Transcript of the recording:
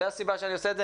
זה הסיבה שאני עושה את זה,